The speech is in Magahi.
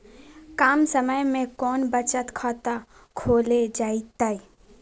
कम समय में कौन बचत खाता खोले जयते?